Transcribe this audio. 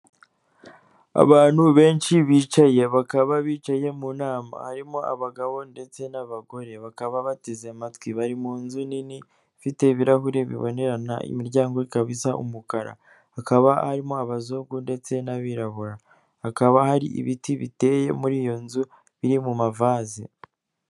Abantu benshi bicaye bakaba bicaye mu nama harimo abagabo ndetse n'abagore, bakaba bateze amatwi bari mu nzu nini ifite ibirahuri bibonerana, imiryango ikaba isa umukara hakaba arimo abazungu ndetse n'abirabura, hakaba hari ibiti biteye muri iyo nzu biri mu mavazi.